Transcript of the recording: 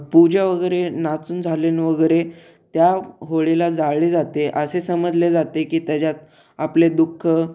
पूजा वगैरे नाचून झालुन वगैरे त्या होळीला जाळली जाते असे समजले जाते की त्याच्यात आपले दुःख